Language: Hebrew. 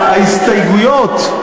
שההסתייגויות,